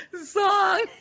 Song